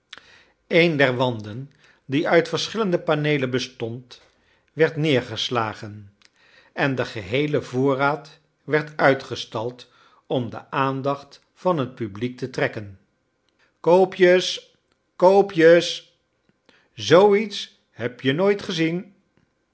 een der wanden die uit verschillende paneelen bestond werd neergeslagen en de geheele voorraad werd uitgestald om de aandacht van het publiek te trekken koopjes koopjes zoo iets heb je nooit gezien